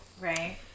Right